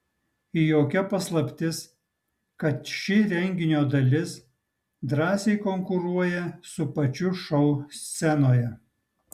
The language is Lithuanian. jokia paslaptis kad ši renginio dalis drąsiai konkuruoja su pačiu šou scenoje